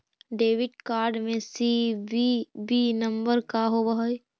Debit card में CVV number का होव हइ?